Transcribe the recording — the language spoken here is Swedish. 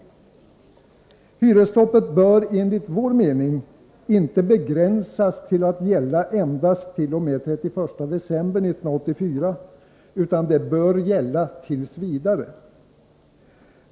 Hyresstoppet bör enligt vår mening inte begränsas till att gälla endast t.o.m. den 31 december 1984 utan bör gälla t.v.